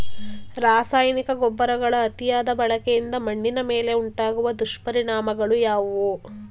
ರಾಸಾಯನಿಕ ಗೊಬ್ಬರಗಳ ಅತಿಯಾದ ಬಳಕೆಯಿಂದ ಮಣ್ಣಿನ ಮೇಲೆ ಉಂಟಾಗುವ ದುಷ್ಪರಿಣಾಮಗಳು ಯಾವುವು?